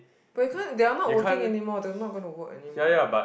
but you can't they are not working anymore they not gonna to work anymore